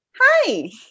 Hi